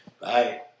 Bye